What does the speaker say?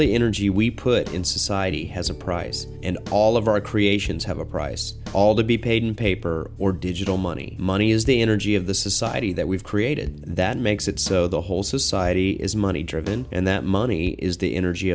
the energy we put in society has a price and all of our creations have a price all to be paid in paper or digital money money is the energy of the society that we've created that makes it so the whole society is money driven and that money is the energy